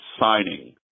signing